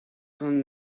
from